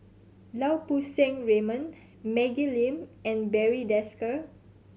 Lau Poo Seng Raymond Maggie Lim and Barry Desker